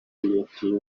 creative